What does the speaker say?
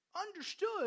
understood